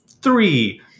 Three